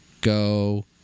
go